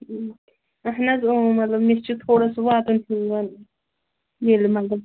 اَہَن حظ اۭں مطلب مےٚ چھِ تھوڑا سُہ ہیوٗ یِوان ییٚلہِ مطلب